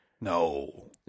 no